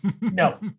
no